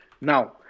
Now